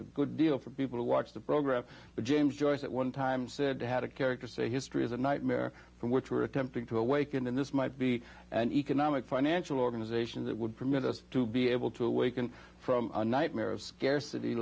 a good deal for people who watch the program but james joyce at one time said had a character say history is a nightmare from which we're attempting to awaken and this might be an economic financial organization that would permit us to be able to awaken from a nightmare of scarcity